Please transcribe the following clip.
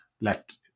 left